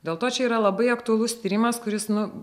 dėl to čia yra labai aktualus tyrimas kuris nu